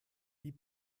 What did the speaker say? die